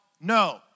No